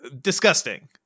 Disgusting